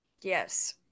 Yes